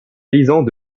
paysans